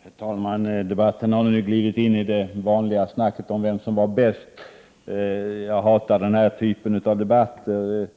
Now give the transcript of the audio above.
Herr talman! Debatten har nu glidit in i det vanliga snacket om vem som var bäst. Jag hatar den typen av debatt. Lisbeth